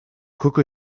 coco